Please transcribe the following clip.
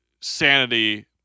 sanity